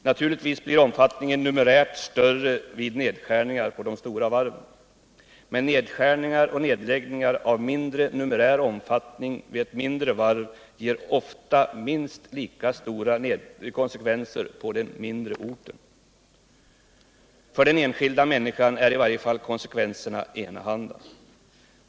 Naturligtvis blir omfattningen större vid nedskärningar vid de stora varven, men nedskärningar och nedläggningar av mindre numerär vid ett mindre varv ger ofta minst lika stora negativa konsekvenser på den mindre orten. För den enskilda människan är i varje fall konsekvenserna enahanda.